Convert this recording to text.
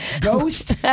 ghost